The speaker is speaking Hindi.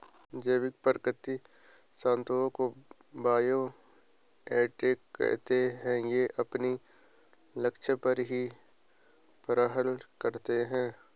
जैविक प्राकृतिक शत्रुओं को बायो एजेंट कहते है ये अपने लक्ष्य पर ही प्रहार करते है